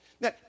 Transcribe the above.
Now